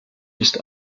ist